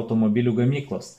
automobilių gamyklos